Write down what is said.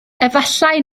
efallai